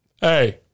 Hey